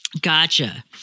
Gotcha